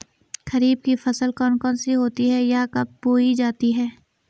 खरीफ की फसल कौन कौन सी होती हैं यह कब बोई जाती हैं?